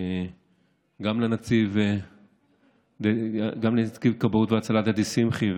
וגם לנציב כבאות והצלה דדי שמחי,